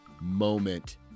moment